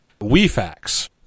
Wefax